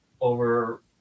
over